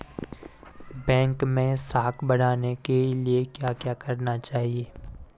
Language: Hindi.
बैंक मैं साख बढ़ाने के लिए क्या क्या करना चाहिए?